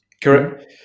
Correct